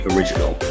Original